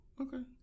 Okay